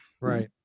Right